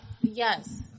yes